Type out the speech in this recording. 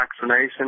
vaccination